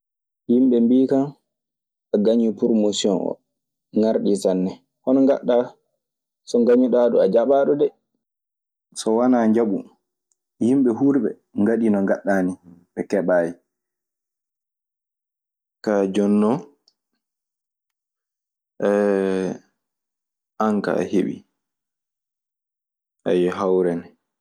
"Yimɓe mbii kan a gañii pormosion oo. Ŋarɗii nsanne. Hono ngaɗɗaa, so ngañiɗaa ɗun. A jaɓaaɗo dee."